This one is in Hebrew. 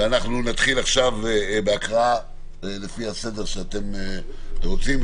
ואנחנו נתחיל עכשיו בהקראה לפי הסדר שאתם רוצים,